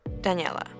Daniela